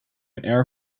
air